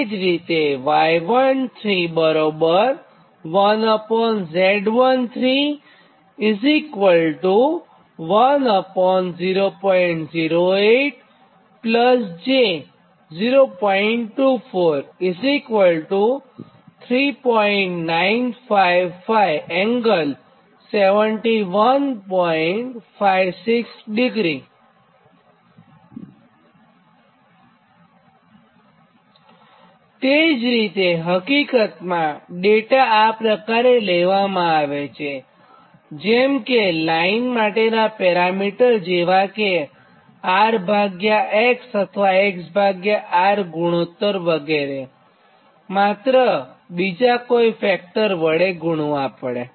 તે જ રીતેહકીકતમાં ડેટા આ પ્રકારે લેવામાં આવે છેજેમ કે લાઇન માટેનાં પેરામિટર જેવા કે r ભાગ્યા x અથવા x ભાગ્યા r ગુણોત્તર વગેરેમાત્ર બીજા કોઇ ફેક્ટર વડે ગુણવા પડે